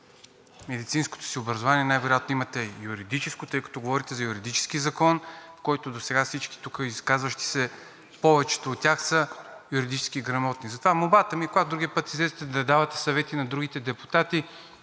медицинското си образование, най-вероятно имате юридическо, тъй като говорите за юридически закон, който досега всички тук изказващи се, повечето от тях, са юридически грамотни. Затова молбата ми е, когато другия път излезете да давате съвети на другите депутати,